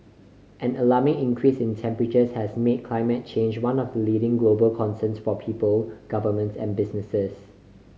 an alarming increase in temperatures has made climate change one of the leading global concerns for people governments and businesses